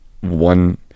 one